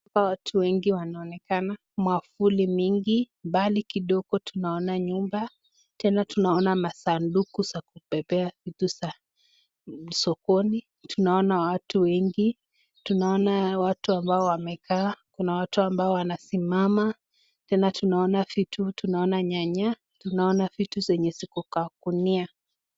Hapa watu wengi wanaonekana, mwavuli mingi, mbali kidogo tunaona nyumba tena tunaona masaduku za kubebea vitu za sokoni , tunaona watu wengi, tunaona watu ambao wamekaa ,kuna watu ambao wanasimama tena tunaona vitu tunaona nyanya , tunaona vitu zenye ziko kwa gunia.